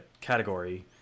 category